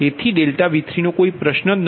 તેથી ∆V3 કોઈ પ્રશ્ન નથી